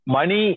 Money